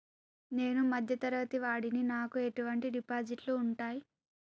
నేను మధ్య తరగతి వాడిని నాకు ఎటువంటి డిపాజిట్లు ఉంటయ్?